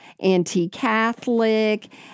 anti-Catholic